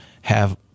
have-